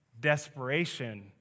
desperation